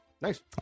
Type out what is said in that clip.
nice